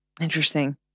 Interesting